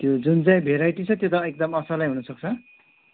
त्यो जुन चाहिँ भेराइटी छ त्यो एकदम असलै हुन सक्छ